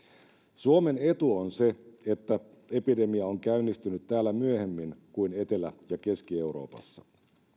suomen etu on se että epidemia on käynnistynyt täällä myöhemmin kuin etelä ja keski euroopassa